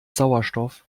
sauerstoff